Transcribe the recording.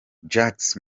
jacques